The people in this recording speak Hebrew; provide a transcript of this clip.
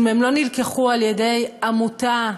אם הם לא נלקחו על-ידי עמותה,